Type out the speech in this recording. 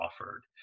offered